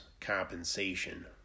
compensation